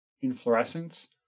inflorescence